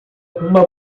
uma